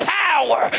power